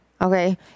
okay